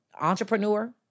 entrepreneur